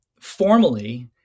formally